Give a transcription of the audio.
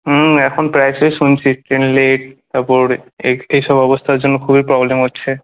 হুম এখন প্রায়শই শুনছি ট্রেন লেট তারপর এসব অবস্থার জন্য খুবই প্রবলেম হচ্ছে